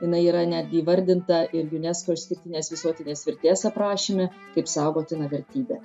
jinai yra netgi įvardinta ir unesco išskirtinės visuotinės vertės aprašyme kaip saugotina vertybė